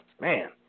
Man